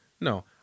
No